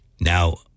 Now